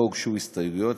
לא הוגשו הסתייגויות,